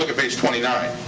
ah page twenty nine.